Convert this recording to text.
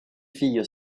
fille